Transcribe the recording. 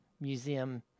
museum